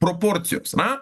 proporcijos na